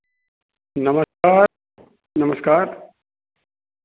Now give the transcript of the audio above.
नमस्कार नमस्कार